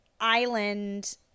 Island